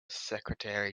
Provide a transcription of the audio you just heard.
secretary